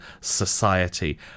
Society